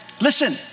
Listen